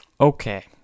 Okay